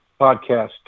Podcast